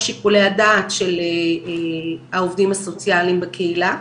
שיקולי הדת של העובדים הסוציאליים בקהילה,